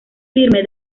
firme